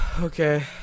Okay